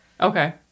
Okay